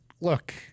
look-